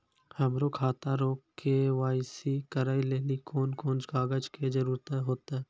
हमरो खाता रो के.वाई.सी करै लेली कोन कोन कागज के जरुरत होतै?